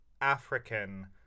african